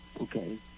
okay